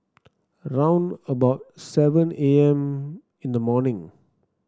round about seven A M in the morning